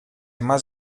más